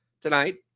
tonight